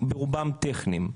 שברובם טכניים.